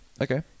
Okay